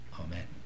Amen